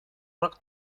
rock